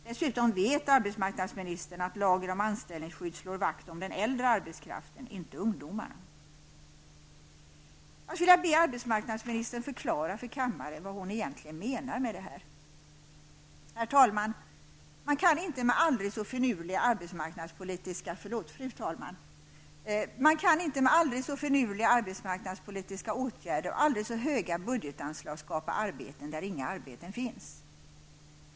Dessutom vet arbetsmarknadsministern att lagen om anställningsskydd slår vakt om den äldre arbetskraften, inte om ungdomarna. Jag skulle vilja be arbetsmarknadsministern att förklara för kammaren vad hon egentligen menar. Fru talman! Man kan inte med aldrig så finurliga arbetsmarknadspolitiska åtgärder och aldrig så höga budgetanslag skapa arbeten där inga arbeten finns.